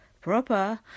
proper